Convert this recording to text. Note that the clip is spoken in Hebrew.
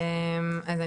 אז,